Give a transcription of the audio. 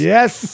Yes